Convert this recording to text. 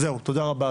זהו, תודה רבה אדוני.